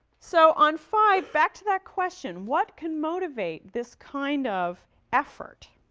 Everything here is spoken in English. so, on five, back to that question. what can motivate this kind of effort?